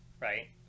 right